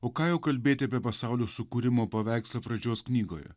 o ką jau kalbėti apie pasaulio sukūrimo paveikslą pradžios knygoje